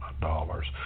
dollars